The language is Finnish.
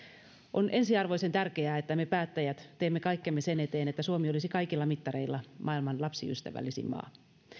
on ensiarvoisen tärkeää että me päättäjät teemme kaikkemme sen eteen että suomi olisi kaikilla mittareilla maailman lapsiystävällisin maa